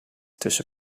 tussen